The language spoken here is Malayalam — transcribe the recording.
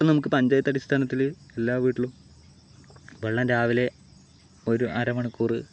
ഇപ്പോൾ നമുക്ക് പഞ്ചായത്തടിസ്ഥാനത്തില് എല്ലാ വീട്ടിലും വെള്ളം രാവിലെ ഒരു അര മണിക്കൂറ്